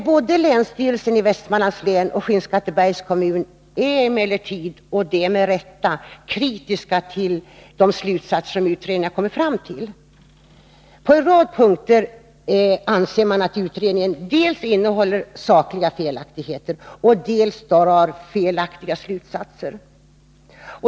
Både länsstyrelsen i Västmanlands län och Skinnskattebergs kommun är emellertid — och det med rätta — kritiska till de slutsatser som utredningen har kommit fram till. Man anser att utredningen på en rad punkter dels innehåller sakliga felaktigheter, dels drar felaktiga slutsatser.